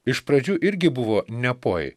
iš pradžių irgi buvo nepoj